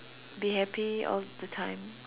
be happy all the time